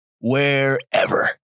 Wherever